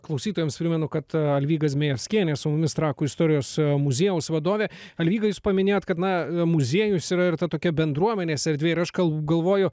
klausytojams primenu kad alvyga zmejerskiėnė su mumis trakų istorijos muziejaus vadovė alvyda jūs paminėjot kad na muziejus yra ir ta tokia bendruomenės erdvė ir aš gal galvoju